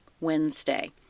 Wednesday